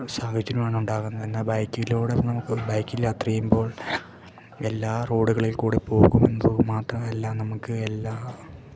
സാഹചര്യമാണ് ഉണ്ടാകുന്നത് എന്നാൽ ബൈക്കിലൂടെ നമുക്ക് ബൈക്കിൽ യാത്ര ചെയ്യുമ്പോൾ എല്ലാ റോഡുകളിൽക്കൂടി പോകും മാത്രമല്ല നമുക്ക് എല്ലാ